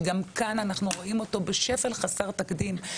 שגם כאן אנחנו רואים אותו בשפל חסר תקדים.